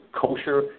kosher